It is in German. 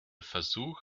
versuch